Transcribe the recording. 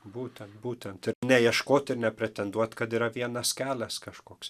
būtent būtent ir neieškot ir nepretenduot kad yra vienas kelias kažkoks